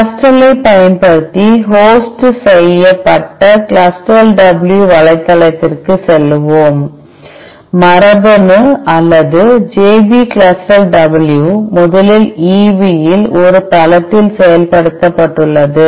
CLUSTAL ஐப் பயன்படுத்தி host செய்யப்பட்ட CLUSTAL W வலைத்தளத்திற்கு செல்வோம் மரபணு அல்லது JP CLUSTAL W முதலில் EB இல் ஒரு தளத்தில் செயல்படுத்தப்பட்டுள்ளது